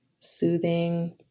Soothing